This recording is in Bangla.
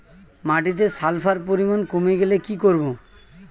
মাটিতে সালফার পরিমাণ কমে গেলে কি করব?